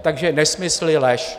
Takže nesmysly, lež. .